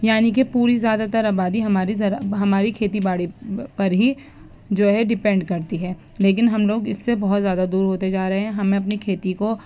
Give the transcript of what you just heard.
یعنی کہ پوری زیادہ تر آبادی ہماری زر ہماری کھیتی باڑی پر ہی جو ہے ڈیپینڈ کرتی ہے لیکن ہم لوگ اس سے بہت زیادہ دور ہوتے جا رہے ہیں ہمیں اپنی کھیتی کو